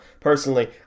personally